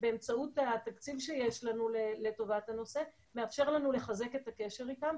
באמצעות התקציב שיש לנו לטובת הנושא מאפשר לנו לחזק את הקשר איתם.